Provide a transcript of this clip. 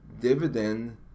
dividend